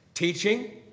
Teaching